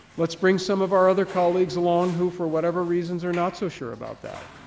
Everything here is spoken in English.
let's bring some of our other colleagues along who, for whatever reasons, are not so sure about that.